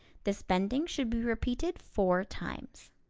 this bending should be repeated four times.